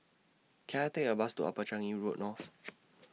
Can I Take A Bus to Upper Changi Road North